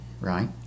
right